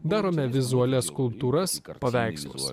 darome vizualias skulptūras paveikslus